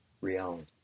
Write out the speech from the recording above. reality